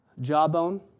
jawbone